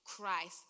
Christ